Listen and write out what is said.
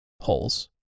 holes